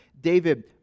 David